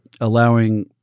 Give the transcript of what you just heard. allowing